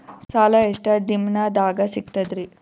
ಸಾಲಾ ಎಷ್ಟ ದಿಂನದಾಗ ಸಿಗ್ತದ್ರಿ?